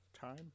time